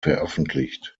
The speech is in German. veröffentlicht